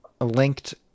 linked